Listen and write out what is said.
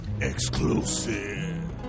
exclusive